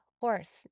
horse